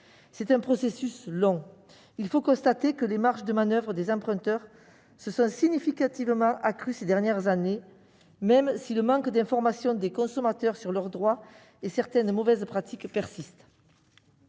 C'est un processus long. Les marges de manoeuvre des emprunteurs se sont significativement accrues ces dernières années, même si le manque d'information des consommateurs sur leurs droits et certaines mauvaises pratiques persistent.